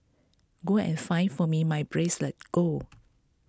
go and find for me my bracelet go